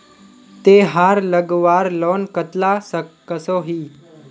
तेहार लगवार लोन कतला कसोही?